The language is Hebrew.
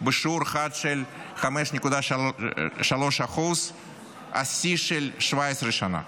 בשיעור חד של 5.3% שיא של 17 שנה.